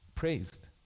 praised